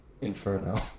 Inferno